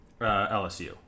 LSU